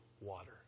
water